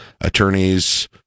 attorneys